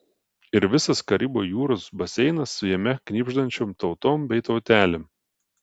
ir visas karibų jūros baseinas su jame knibždančiom tautom bei tautelėm